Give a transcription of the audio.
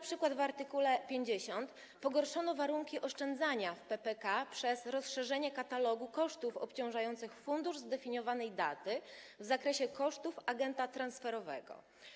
Przy tym w art. 50 pogorszono warunki oszczędzania w PPK przez rozszerzenie katalogu kosztów obciążających fundusz zdefiniowanej daty w zakresie kosztów agenta transferowego.